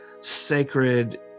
sacred